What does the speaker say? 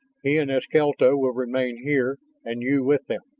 he and eskelta will remain here, and you with them.